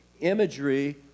imagery